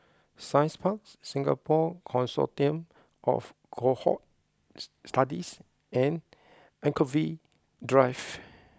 Science Park Singapore Consortium of Cohort Studies and Anchorvale Drive